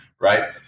right